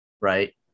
right